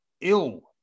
ill